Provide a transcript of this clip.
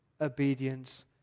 obedience